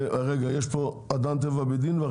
אדם טבע ודין.